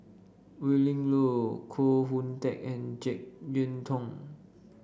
Willin Low Koh Hoon Teck and JeK Yeun Thong